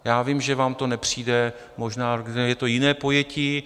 Já vím, že vám to nepřijde, možná je to jiné pojetí.